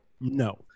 No